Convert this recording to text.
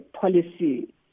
policy